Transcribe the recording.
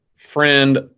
friend